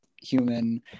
human